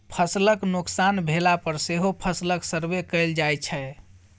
फसलक नोकसान भेला पर सेहो फसलक सर्वे कएल जाइ छै